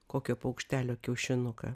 kokio paukštelio kiaušinuką